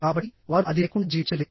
కాబట్టి వారు అది లేకుండా జీవించలేరు